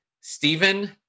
Stephen